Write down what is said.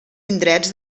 indrets